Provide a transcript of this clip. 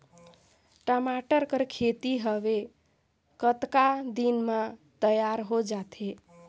टमाटर कर खेती हवे कतका दिन म तियार हो जाथे?